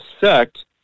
sect